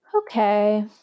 Okay